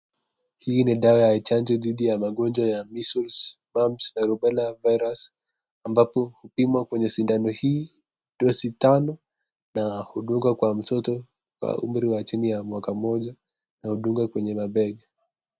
Hii dawa ya chanjo dhidi ya magonjwa ya (cs) measles, mums na rubella virus (cs) ambapo hupimwa kwenye sidano hii dosi tano na hudungwa kwa mtoto wa umri wa chini ya mwaka mmoja na hudungwa kwenye mabega.